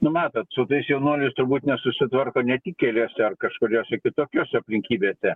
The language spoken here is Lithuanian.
nu matot su tais jaunuoliais turbūt nesusitvarko ne tik keliuose ar kažkokiose kitokiose aplinkybėse